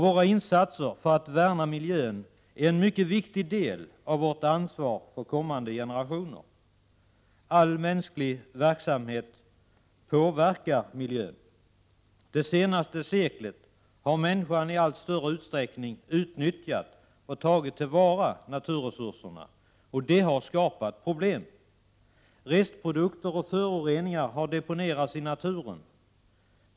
Våra insatser för att värna miljön är en mycket viktig del av vårt ansvar för kommande generationer. All mänsklig verksamhet påverkar miljön. Det senaste seklet har människan i allt större utsträckning utnyttjat och tagit till vara naturresurserna. Det har också skapat problem. Restprodukter och föroreningar har deponerats i naturen.